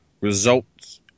results